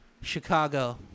Chicago